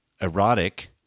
erotic